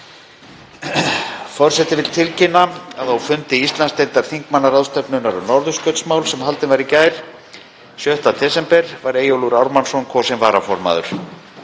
Forseti vill tilkynna að á fundi Íslandsdeildar þingmannaráðstefnunnar um norðurskautsmál, sem haldinn var í gær, 6. desember, var Eyjólfur Ármannsson kosinn varaformaður.